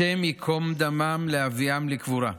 השם ייקום דמם, ולהביאם לקבורה.